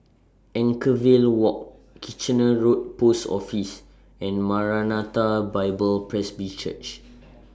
Anchorvale Walk Kitchener Road Post Office and Maranatha Bible Presby Church